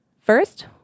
First